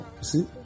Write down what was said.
see